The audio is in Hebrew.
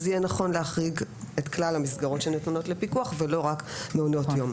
יהיה נכון להחריג את כלל המסגרות שנתונות לפיקוח ולא רק מעונות יום.